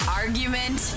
argument